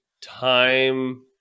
time